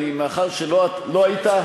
ומאחר שלא היית,